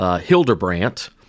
Hildebrandt